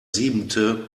siebente